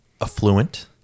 affluent